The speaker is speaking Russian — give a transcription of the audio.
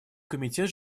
комитет